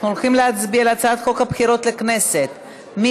אנחנו הולכים להצביע על הצעת חוק הבחירות לכנסת (תיקון,